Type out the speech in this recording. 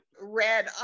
red